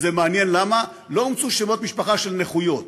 וזה מעניין למה, לא אומצו שמות משפחה של נכויות.